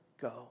go